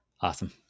Awesome